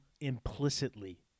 implicitly